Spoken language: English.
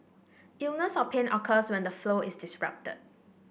illness or pain occurs when the flow is disrupted